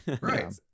right